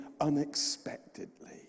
unexpectedly